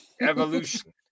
evolution